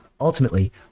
ultimately